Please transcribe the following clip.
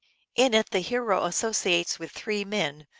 in it the hero associates with three men,